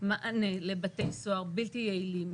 מענה לבתי סוהר בלתי יעילים,